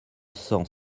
cent